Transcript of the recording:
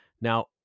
Now